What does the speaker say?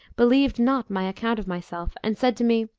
believed not my account of myself and said to me,